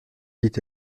dit